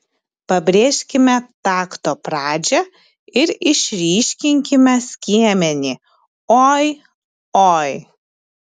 pabrėžkime takto pradžią ir išryškinkime skiemenį oi oi